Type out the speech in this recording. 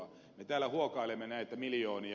me täällä huokailemme näitä miljoonia